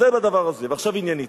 אז זה לדבר הזה, ועכשיו עניינית.